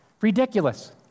Ridiculous